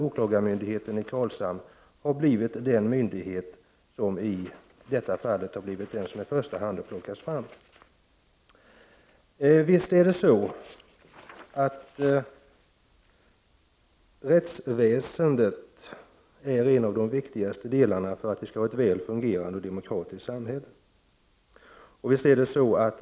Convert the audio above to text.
Åklagarmyndigheten i Karlshamn har blivit den myndighet som i första hand har plockats fram. Rättsväsendet utgör en av de viktigaste delarna för att vi skall kunna ha ett väl fungerande och demokratiskt samhälle.